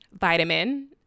vitamin